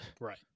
Right